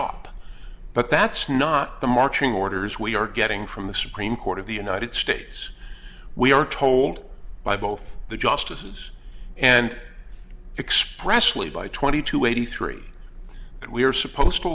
up but that's not the marching orders we are getting from the supreme court of the united states we are told by both the justices and expressly by twenty two eighty three we are supposed to